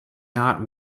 not